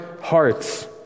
hearts